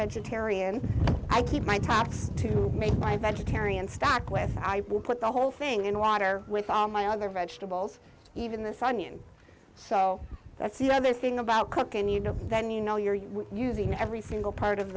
vegetarian i keep my crops to make my vegetarian stock with i will put the whole thing in water with all my other vegetables even the sunny and so that's you know this thing about cooking you know then you know you're using every single part of